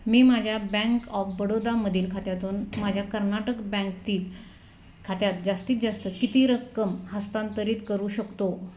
मी माझ्या bank of बडोदामधील खात्यातून माझ्या कर्नाटक बँकतील खात्यात जास्तीत जास्त किती रक्कम हस्तांतरित करू शकतो